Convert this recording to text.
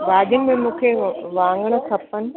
भाॼियुनि में मूंखे व वांङण खपनि